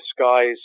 skies